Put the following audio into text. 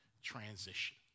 transition